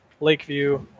Lakeview